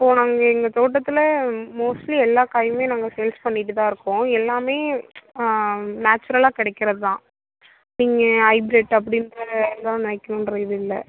இப்போது நாங்கள் எங்கள் தோட்டத்தில் மோஸ்ட்லி எல்லா காயுமே நாங்கள் சேல்ஸ் பண்ணிகிட்டுதான் இருக்கோம் எல்லாமே நேச்சுரலாக கிடைக்கிறதுதான் நீங்கள் ஹைப்ரிட் அப்படின்ற எதுவும் நினைக்கணுன்ற இது இல்லை